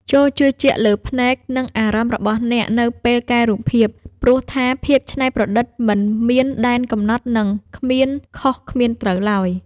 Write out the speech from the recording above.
ចូរជឿជាក់លើភ្នែក និងអារម្មណ៍របស់អ្នកនៅពេលកែរូបភាព ព្រោះថាភាពច្នៃប្រឌិតមិនមានដែនកំណត់ និងគ្មានខុសគ្មានត្រូវឡើយ។